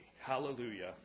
Hallelujah